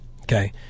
Okay